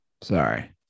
Sorry